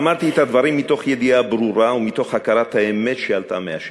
אמרתי את הדברים מתוך ידיעה ברורה ומתוך הכרת האמת שעלתה מהשטח.